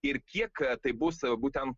ir kiek tai bus būtent